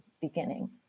beginning